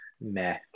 Meh